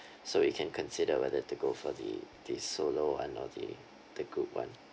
so we can consider whether to go for the the solo one or the the group one